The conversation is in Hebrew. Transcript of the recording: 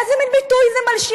איזה מן ביטוי זה "מלשינים"?